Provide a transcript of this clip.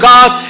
God